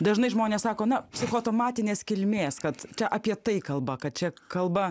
dažnai žmonės sako na psichosomatinės kilmės kad čia apie tai kalba kad čia kalba